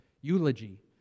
Eulogy